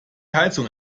heizung